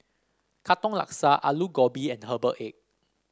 Katong Laksa Aloo Gobi and Herbal Egg